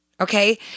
okay